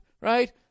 Right